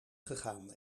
gegaan